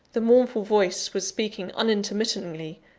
the mournful voice was speaking unintermittingly,